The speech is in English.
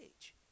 age